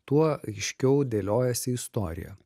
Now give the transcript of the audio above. tuo aiškiau dėliojasi istorija